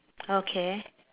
okay